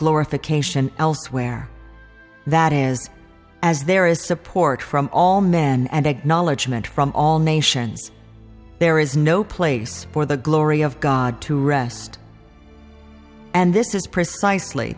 glorification elsewhere that is as there is support from all men and acknowledgment from all nations there is no place for the glory of god to rest and this is precisely